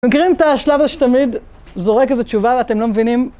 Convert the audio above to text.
אתם מכירים את השלב הזה שתמיד זורק איזו תשובה ואתם לא מבינים